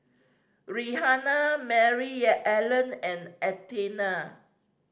Rihanna Maryellen and Athena